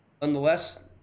nonetheless